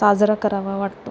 साजरा करावा वाटतो